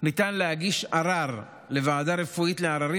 ניתן להגיש ערר לוועדה רפואית לעררים,